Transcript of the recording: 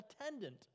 attendant